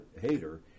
hater